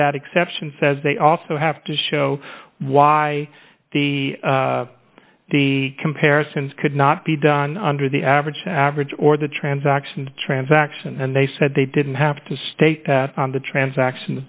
that exception says they also have to show why the the comparisons could not be done under the average average or the transaction transaction and they said they didn't have to state the transaction